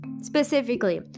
specifically